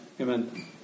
amen